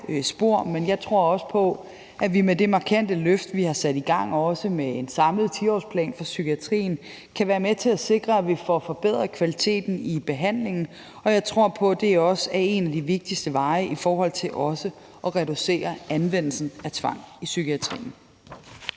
men jeg tror også på, at vi med det markante løft, vi har sat i gang, med en samlet 10-årsplan for psykiatrien, kan være med til at sikre, at vi får forbedret kvaliteten i behandlingen, og jeg tror på, at det en af de vigtigste veje i forhold til at reducere anvendelsen af tvang i psykiatrien.